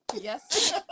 Yes